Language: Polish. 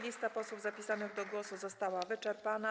Lista posłów zapisanych do głosu została wyczerpana.